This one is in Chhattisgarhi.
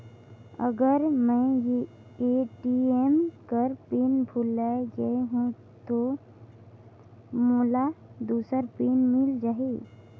अगर मैं ए.टी.एम कर पिन भुलाये गये हो ता मोला दूसर पिन मिल जाही?